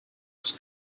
was